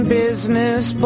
business